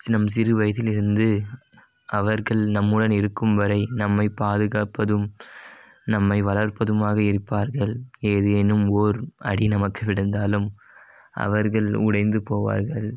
நம் சிறு வயதில் இருந்து அவர்கள் நம்முடன் இருக்கும் வரை நம்மை பாதுகாப்பதும் நம்மை வளர்ப்பதுமாக இருப்பார்கள் ஏதேனும் ஓர் அடி நமக்கு விழுந்தாலும் அவர்கள் உடைந்து போவார்கள்